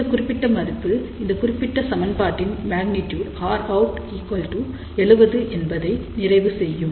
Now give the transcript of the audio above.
இந்த குறிப்பிட்ட மதிப்பு இந்த குறிப்பிட்ட சமன்பாட்டின் மேக்னிடியூட் Rout70 என்பதை நிறைவு செய்யும்